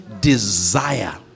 desire